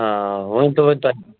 آ ؤنۍتَو وۅنۍ تۄہہِ